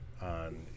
on